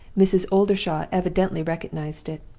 mrs. oldershaw evidently recognized it.